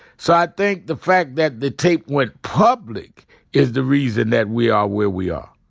so i think the fact that the tape went public is the reason that we are where we are.